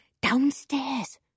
Downstairs